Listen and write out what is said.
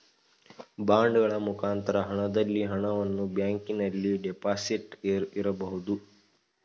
ಬಾಂಡಗಳ ಮುಖಾಂತರ ಹಣದಲ್ಲಿ ಹಣವನ್ನು ಬ್ಯಾಂಕಿನಲ್ಲಿ ಡೆಪಾಸಿಟ್ ಇರಬಹುದು